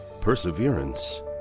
Perseverance